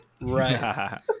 Right